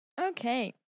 Okay